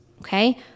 okay